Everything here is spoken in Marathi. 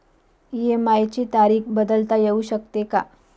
इ.एम.आय ची तारीख बदलता येऊ शकते का?